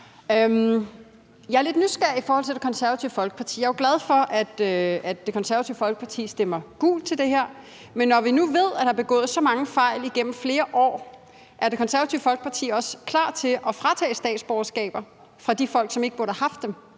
Jeg er lidt nysgerrig i forhold til Det Konservative Folkepartis holdning. Jeg er jo glad for, at Det Konservative Folkeparti stemmer gult til det her, men når vi nu ved, at der er begået så mange fejl igennem flere år, er Det Konservative Folkeparti så også klar til at tage statsborgerskabet fra de folk, som ikke burde have haft det,